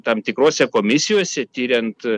tam tikrose komisijose tiriant